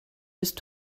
bist